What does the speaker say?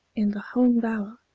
in the home bower,